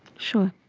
sure.